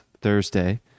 Thursday